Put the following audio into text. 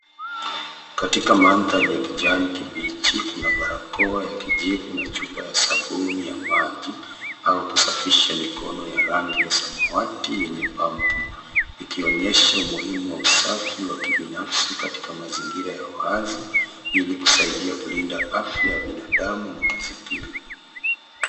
Katika mandhari ya kijani kibichi, kuna barakoa ya kijivu na chupa ya sabuni ya maji au kusafisha mikono ya rangi ya samawati yenye bambu, ikionyesha umuhimu wa usafi wa kibinafsi katika mazingira ya wazi, ilikusaidia kulinda afya ya binadamu na mazingira.